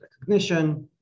recognition